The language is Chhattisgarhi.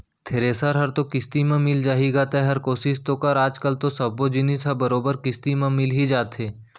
थेरेसर हर तो किस्ती म मिल जाही गा तैंहर कोसिस तो कर आज कल तो सब्बो जिनिस मन ह बरोबर किस्ती म मिल ही जाथे